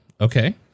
okay